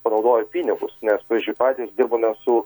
panaudojo pinigus nes pavyzdžiui patys dirbame su